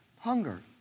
hunger